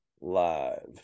live